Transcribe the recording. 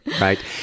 Right